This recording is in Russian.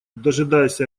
дожидаясь